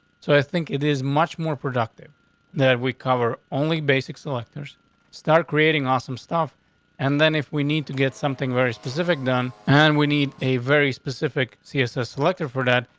so i think it is much more productive that we cover onley basic selectors start creating awesome stuff and then if we need to get something very specific done and we need a very specific css selected for that.